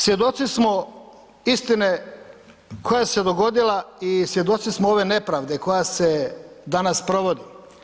Svjedoci smo istine koja se dogodila i svjedoci smo ove nepravde koja se danas provodi.